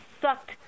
sucked